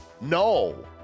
no